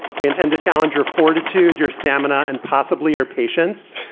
we intend to challenge your fortitude, your stamina and possibly our patients.